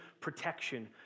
protection